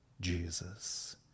Jesus